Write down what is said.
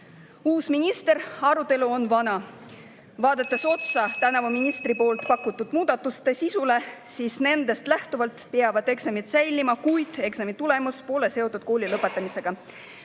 Uus minister, aga arutelu on vana. Vaadates tänavu ministri poolt pakutud muudatuste sisu, siis nendest lähtuvalt peavad eksamid säilima, kuid eksamitulemus pole seotud kooli lõpetamisega.